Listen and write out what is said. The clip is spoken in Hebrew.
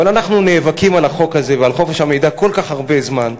אבל אנחנו נאבקים על החוק הזה ועל חופש המידע כל כך הרבה זמן,